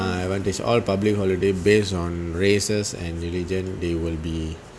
ah advantage all public holiday based on races and religion they will be